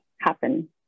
happen